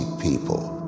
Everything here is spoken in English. people